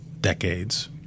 decades